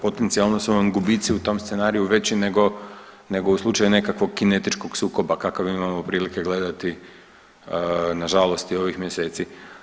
Potencijalno su vam gubici u tom scenariju veći nego, nego u slučaju nekakvom kinetičkog sukoba kakav imamo prilike gledati nažalost i ovih mjeseci.